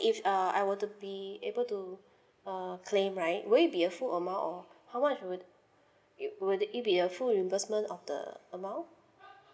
if uh I want to be able to uh claim right will it be a full amount or how much would it would it be a full reimbursement of the amount